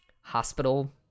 hospital